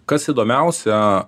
kas įdomiausia